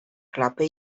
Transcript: klapy